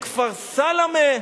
מכפר סלאמה,